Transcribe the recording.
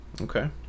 Okay